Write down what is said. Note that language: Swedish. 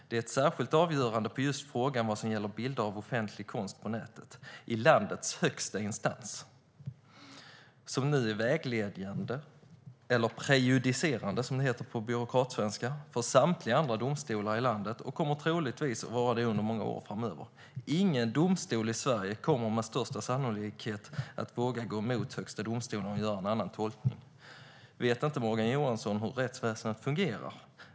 Det är ett särskilt avgörande av landets högsta instans av just frågan vad som gäller bilder av offentlig konst på nätet, som nu är vägledande, eller prejudicerande som det heter på byråkratsvenska, för samtliga andra domstolar i landet och troligtvis kommer att vara det under många år framöver. Med största sannolikhet kommer ingen domstol i Sverige att våga gå emot Högsta domstolen och göra en annan tolkning. Vet inte Morgan Johansson hur rättsväsendet fungerar?